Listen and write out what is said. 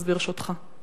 אז ברשותך.